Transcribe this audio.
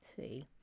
See